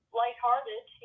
lighthearted